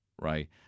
right